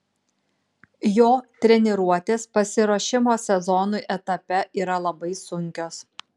jo treniruotės pasiruošimo sezonui etape yra labai sunkios